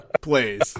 please